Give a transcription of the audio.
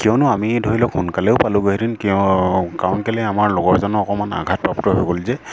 কিয়নো আমি ধৰি লওক সোনকালেও পালোঁগৈহেঁতেন কিয় কাৰণ কেলৈ আমাৰ লগৰজনৰ অকণমান আঘাত প্ৰাপ্ত হৈ গ'ল যে